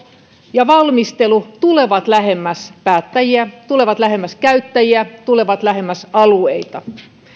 ja valmistelu tulevat lähemmäs päättäjiä tulevat lähemmäs käyttäjiä tulevat lähemmäs alueita